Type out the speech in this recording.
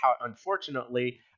unfortunately